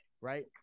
right